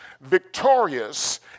victorious